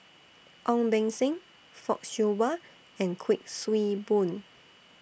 Ong Beng Seng Fock Siew Wah and Kuik Swee Boon